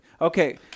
Okay